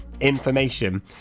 information